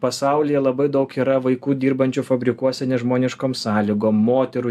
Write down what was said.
pasaulyje labai daug yra vaikų dirbančių fabrikuose nežmoniškom sąlygom moterų